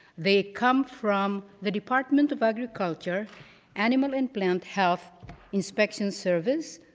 they come from the department of agriculture animal and plant health inspection service,